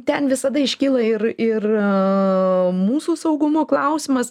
ten visada iškyla ir ir mūsų saugumo klausimas